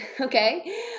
Okay